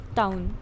town